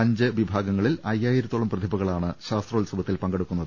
അഞ്ച് വിഭാഗങ്ങളിലായി അയ്യായിരത്തോളം പ്രതിഭകളാണ് ശാസ്ത്രോത്സവത്തിൽ പങ്കെടുക്കുന്നത്